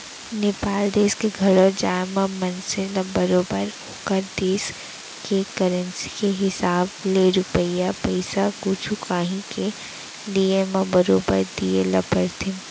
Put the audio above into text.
नेपाल देस के घलौ जाए म मनसे ल बरोबर ओकर देस के करेंसी के हिसाब ले रूपिया पइसा कुछु कॉंही के लिये म बरोबर दिये ल परथे